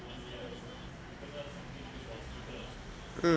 mm